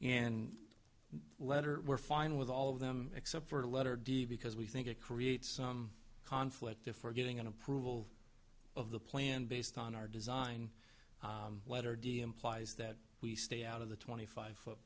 and letter were fine with all of them except for the letter d because we think it creates some conflict for getting an approval of the plan based on our design letter d implies that we stay out of the twenty five foot